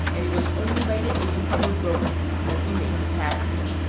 and it was only by the aid of a rope that we made the passage.